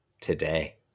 today